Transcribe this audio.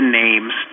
names